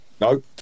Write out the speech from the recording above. No